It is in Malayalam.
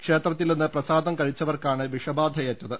ക്ഷേത്രത്തിൽ നിന്ന് പ്രസാദം കഴിച്ചവർക്കാണ് വിഷബാധയേറ്റത്